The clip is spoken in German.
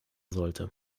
sollte